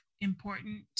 important